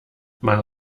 man